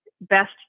best